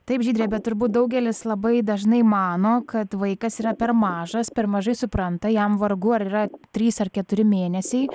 taip žydre bet turbūt daugelis labai dažnai mano kad vaikas yra per mažas per mažai supranta jam vargu ar yra trys ar keturi mėnesiai